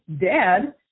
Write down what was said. dead